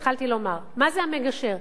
מה זה המגשר?